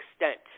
extent